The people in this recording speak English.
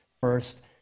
first